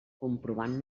comprovant